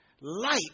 light